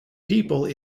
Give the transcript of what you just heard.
people